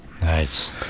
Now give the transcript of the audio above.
Nice